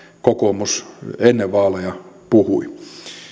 kokoomus ennen vaaleja puhui